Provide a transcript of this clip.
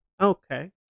Okay